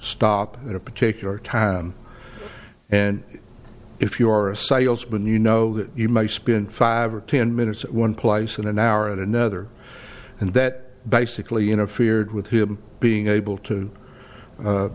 stop at a particular time and if you are a salesman you know that you might spin five or ten minutes at one place in an hour at another and that basically interfered with him being able to